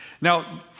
Now